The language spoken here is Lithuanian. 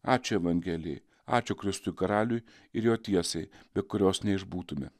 ačiū evangelijai ačiū kristui karaliui ir jo tiesai be kurios neišbūtume